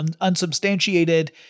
unsubstantiated